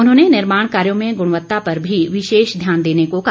उन्होंने निर्माण कार्यों में गुणवत्ता पर भी विशेष ध्यान देने को कहा